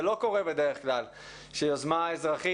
זה לא קורה בדרך כלל שיוזמה אזרחית